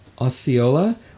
Osceola